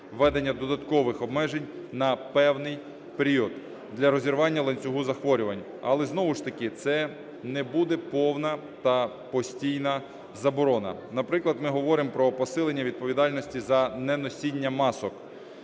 введення додаткових обмежень на певний період для розірвання ланцюгу захворювань. Але, знову ж таки, це не буде повна та постійна заборона. Наприклад, ми говоримо про посилення відповідальності за неносіння масок,